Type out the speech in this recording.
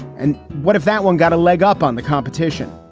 and what if that one got a leg up on the competition?